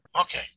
Okay